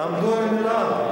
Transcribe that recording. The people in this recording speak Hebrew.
תעמדו על המלה.